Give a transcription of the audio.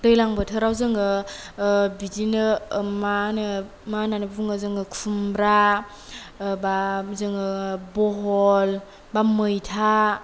दैलां बोथोराव जोङो बिदिनो मा होनो मा होनानै बुङो जोङो खुमब्रा बा जोङो बहल बा मैथा